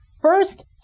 First